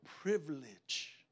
privilege